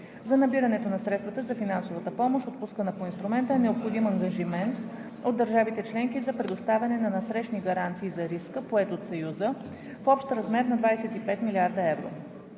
За набирането на средствата за финансовата помощ, отпускана по Инструмента, е необходим ангажимент от държавите членки за предоставяне на насрещни гаранции за риска, поет от Съюза, в общ размер на 25 млрд. евро.